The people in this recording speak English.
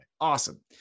Awesome